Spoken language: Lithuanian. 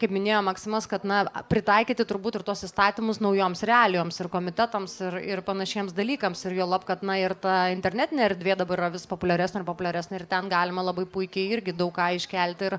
kaip minėjo maksimas kad na pritaikyti turbūt ir tuos įstatymus naujoms realijoms ir komitetams ir ir panašiems dalykams ir juolab kad na ir ta internetinė erdvė dabar yra vis populiaresnė ir populiaresnė ir ten galima labai puikiai irgi daug ką iškelti ir